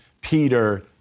Peter